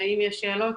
אם יש שאלות